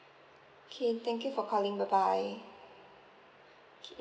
okay thank you for calling bye bye